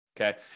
okay